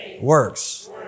works